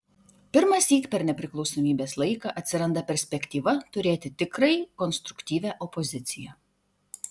pirmąsyk per nepriklausomybės laiką atsiranda perspektyva turėti tikrai konstruktyvią opoziciją